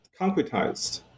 concretized